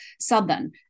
southern